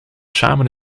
samen